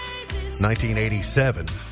1987